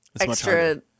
Extra